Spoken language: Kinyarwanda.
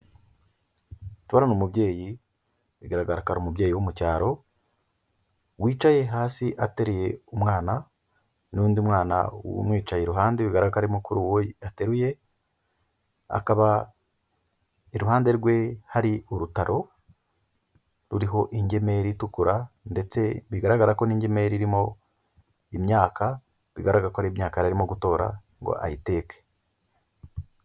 Turabona umubyeyi, bigaragara ko ari umubyeyi wo mu cyaro, wicaye hasi ateruye umwana, n'undi mwana umwicaye iruhande, bigaragara ko ari mukuru w'uyu ateruye, akaba iruhande rwe hari urutaro, ruriho ingemeri itukura, ndetse bigaragara ko n'ingemeri irimo imyaka, bigaragara ko ari imyaka yarimo gutora ngo ayiteke.